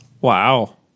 Wow